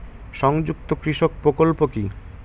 সংযুক্ত কৃষক প্রকল্প কি?